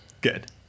Good